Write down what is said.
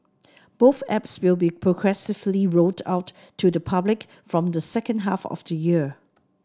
both apps will be progressively rolled out to the public from the second half of the year